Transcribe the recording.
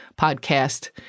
podcast